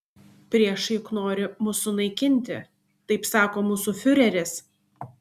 priešai juk nori mus sunaikinti taip sako mūsų fiureris